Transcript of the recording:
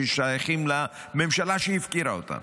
ששייכים לממשלה שהפקירה אותם,